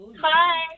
Hi